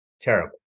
terrible